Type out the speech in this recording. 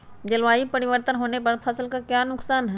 जलवायु परिवर्तन होने पर फसल का क्या नुकसान है?